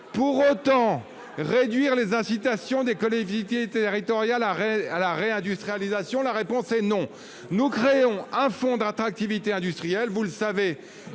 nous devons réduire les incitations des collectivités territoriales à la réindustrialisation ? La réponse est encore non ! Nous créons un fonds d'attractivité industrielle qui sera